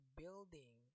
building